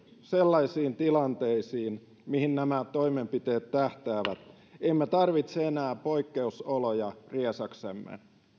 sellaisiin tilanteisiin mihin nämä toimenpiteet tähtäävät emme tarvitse enää poikkeusoloja riesaksemme